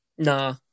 Nah